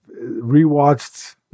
rewatched